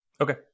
Okay